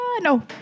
No